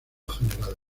general